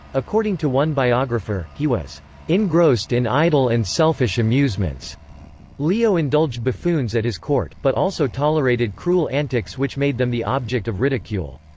according to one biographer, he was engrossed in idle and selfish amusements leo indulged buffoons at his court, but also tolerated cruel antics which made them the object of ridicule.